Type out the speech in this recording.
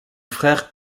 frère